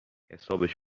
حسابش